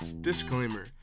Disclaimer